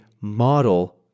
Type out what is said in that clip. model